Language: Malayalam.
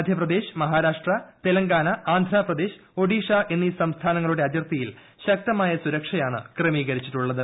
മധ്യപ്രദേശ് മഹാരാഷ്ട്ര തെലങ്കാന ആന്ധ്രാപ്രദേശ് ഒഡീഷ എന്നീ സംസ്ഥാനങ്ങളുടെ അതിർത്തിയിൽ ശക്തമായ സുരക്ഷയാണ് ക്രമീകരിച്ചിട്ടുള്ളത്